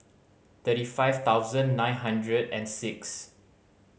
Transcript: thirty five thousand nine hundred and six